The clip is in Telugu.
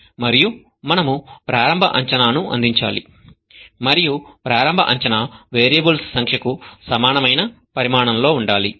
మరియు మనము ప్రారంభ అంచనాను అందించాలి మరియు ప్రారంభ అంచనా వేరియబుల్స్ సంఖ్యకు సమానమైన పరిమాణంలో ఉండాలి